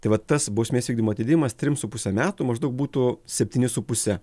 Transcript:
tai vat tas bausmės vykdymo atidėjimas trims su puse metų maždaug būtų septyni su puse